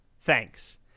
Thanks